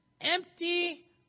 empty